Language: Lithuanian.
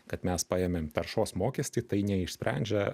kad mes paėmėm taršos mokestį tai neišsprendžia